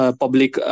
public